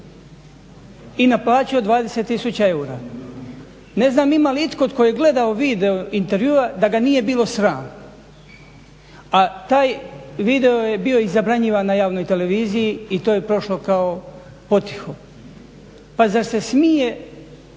i na plaći od 20 tisuća eura. Ne znam ima li itko tko je gledao video intervjua da ga nije bio sram a taj video je bio zabranjivan na javnoj televiziji i to je prošlo kao potiho. Pa zar se smije